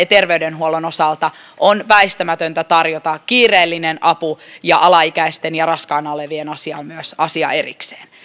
terveydenhuollon osalta velvoittavalla tavalla on väistämätöntä tarjota kiireellinen apu ja alaikäisten ja raskaana olevien asia on myös asia erikseen